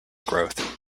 growth